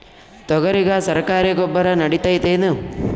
ತೊಗರಿಗ ಸರಕಾರಿ ಗೊಬ್ಬರ ನಡಿತೈದೇನು?